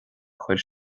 chur